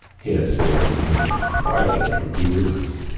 here sylvia made a private little grimace.